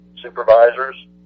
supervisors